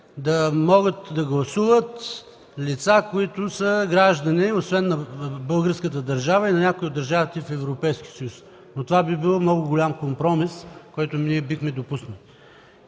да могат да гласуват лица, които са граждани освен на българската държава, но и на някои от държавите в Европейския съюз. Това би бил много голям компромис, който бихме допуснали.